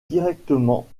directement